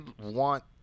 want